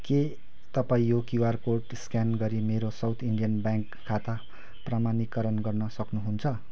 के तपाईँ यो क्युआर कोड स्क्यान गरी मेरो साउथ इन्डियन ब्याङ्क खाता प्रमाणीकरण गर्न सक्नुहुन्छ